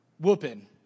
whooping